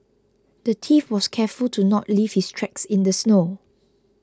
the thief was careful to not leave his tracks in the snow